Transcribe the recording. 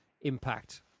impact